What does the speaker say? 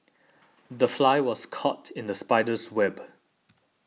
the fly was caught in the spider's web